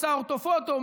עושה אורתופוטו,